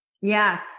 Yes